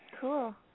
Cool